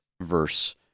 verse